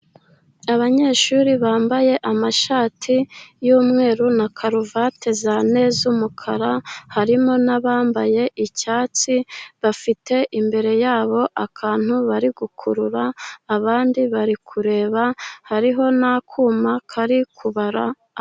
Abanyeshuri bambaye amashati y'mweru na karuvati za ne z'umukara, harimo n'abambaye icyatsi, bafite imbere yabo akantu bari gukurura, abandi bari kureba, hariho n'akuma kari kubara.